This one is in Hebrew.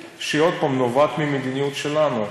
מתיחות, ועוד פעם, היא נובעת ממדיניות שלנו.